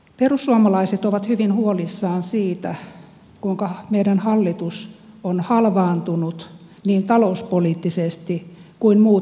perussuomalaiset ovat hyvin huolissaan siitä kuinka meidän hallitus on halvaantunut niin talouspoliittisesti kuin muutenkin